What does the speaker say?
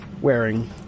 wearing